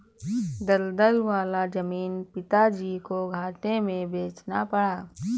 दलदल वाला जमीन पिताजी को घाटे में बेचना पड़ा